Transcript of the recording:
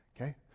okay